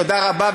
תודה רבה,